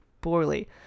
poorly